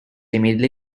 immediately